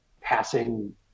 passing